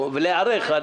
ולהיערך.